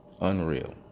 Unreal